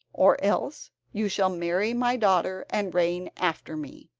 or else you shall marry my daughter and reign after me.